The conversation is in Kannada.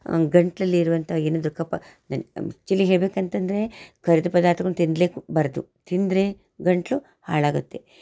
ಗಂಟಲಲ್ಲಿ ಇರುವಂಥ ಏನದು ಕಫ ಆಕ್ಚುಲಿ ಹೇಳಬೇಕಂತಂದ್ರೆ ಕರಿದ ಪದಾರ್ಥಗಳ್ನ ತಿನ್ನಲೇಬಾರ್ದು ತಿಂದರೆ ಗಂಟಲು ಹಾಳಾಗುತ್ತೆ